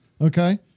okay